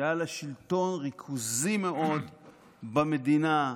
שהיה לה שלטון ריכוזי מאוד במדינה,